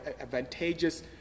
advantageous